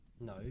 No